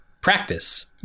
practice